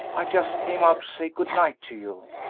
i just came out to say good-night to you.